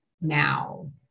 now